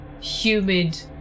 humid